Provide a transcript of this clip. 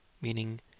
Meaning